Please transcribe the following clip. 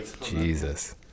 Jesus